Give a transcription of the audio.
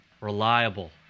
reliable